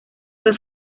fue